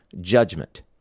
judgment